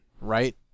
right